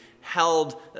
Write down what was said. held